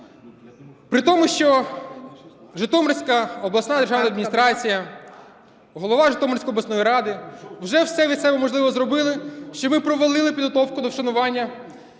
При тому, що Житомирська обласна державна адміністрація, голова Житомирської обласної ради вже все від себе можливе зробили, що ми провалили підготовку до вшанування…